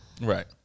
Right